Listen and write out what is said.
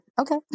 okay